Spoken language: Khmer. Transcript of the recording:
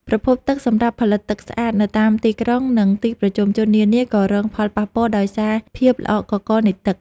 ប្រភពទឹកសម្រាប់ផលិតទឹកស្អាតនៅតាមទីក្រុង និង ទីប្រជុំជននានាក៏រងផលប៉ះពាល់ដោយសារភាពល្អក់កករនៃទឹក។